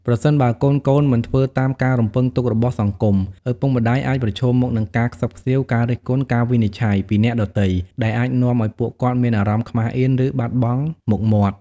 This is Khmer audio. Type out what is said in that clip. ប្រសិនបើកូនៗមិនធ្វើតាមការរំពឹងទុករបស់សង្គម ឪពុកម្ដាយអាចប្រឈមមុខនឹង ការខ្សឹបខ្សៀវ ការរិះគន់ ឬការវិនិច្ឆ័យ ពីអ្នកដទៃ ដែលអាចនាំឲ្យពួកគាត់មានអារម្មណ៍ខ្មាសអៀន ឬបាត់បង់មុខមាត់។